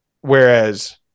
Whereas